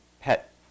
pet